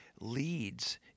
leads